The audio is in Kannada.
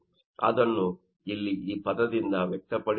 ಅದನ್ನು ಇಲ್ಲಿ ಈ ಪದದಿಂದ ವ್ಯಕ್ತಪಡಿಸಬಹುದು